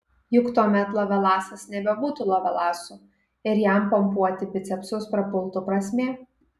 juk tuomet lovelasas nebebūtų lovelasu ir jam pompuoti bicepsus prapultų prasmė